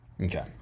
Okay